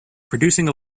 producing